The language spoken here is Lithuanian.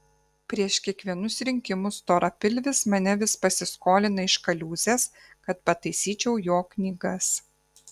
prieš kiekvienus rinkimus storapilvis mane vis pasiskolina iš kaliūzės kad pataisyčiau jo knygas